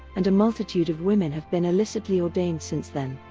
and a multitude of women have been illicitly ordained since then,